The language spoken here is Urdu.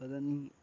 بدن